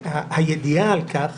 הידיעה על כך